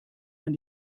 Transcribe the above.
man